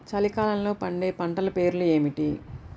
చలికాలంలో పండే పంటల పేర్లు ఏమిటీ?